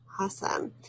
Awesome